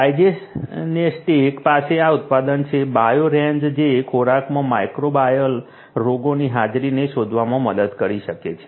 Diagenetics પાસે આ ઉત્પાદન છે બાયો રેન્જર જે ખોરાકમાં માઇક્રોબાયલ રોગોની હાજરીને શોધવામાં મદદ કરી શકે છે